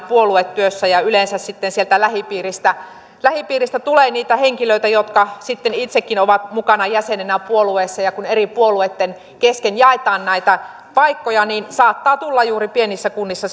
puoluetyössä ja yleensä sieltä lähipiiristä lähipiiristä tulee niitä henkilöitä jotka sitten itsekin ovat mukana jäsenenä puolueessa ja kun eri puolueitten kesken jaetaan näitä paikkoja niin saattaa tulla juuri pienissä kunnissa